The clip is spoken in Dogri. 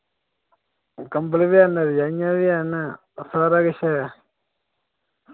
कम्बल बी हैन रजाइयां बी हैन सारा किश ऐ